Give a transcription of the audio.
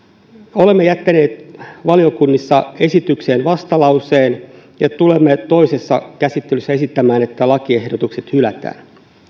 olemme jättäneet valiokunnissa esitykseen vastalauseen ja tulemme toisessa käsittelyssä esittämään että lakiehdotukset hylätään